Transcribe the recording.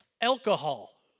alcohol